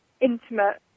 intimate